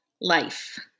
life